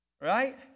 right